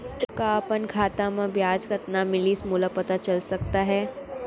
का अपन खाता म ब्याज कतना मिलिस मोला पता चल सकता है?